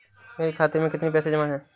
मेरे खाता में कितनी पैसे जमा हैं?